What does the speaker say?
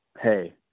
hey